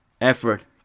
effort